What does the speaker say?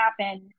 happen